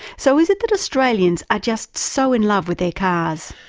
so is it that australians are just so in love with their cars?